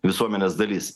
visuomenės dalis